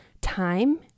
time